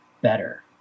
better